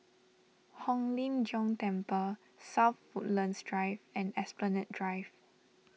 Hong Lim Jiong Temple South Woodlands Drive and Esplanade Drive